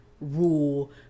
rule